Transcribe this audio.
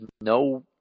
no